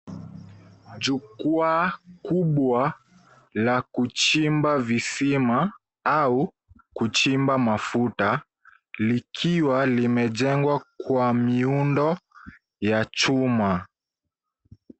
Jukwaa kubwa la kuchimba visima au kuchimba mafuta likiwa limejengwa kwa miundo ya chuma.